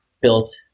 built